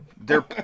they're-